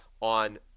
on